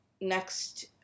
next